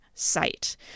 Site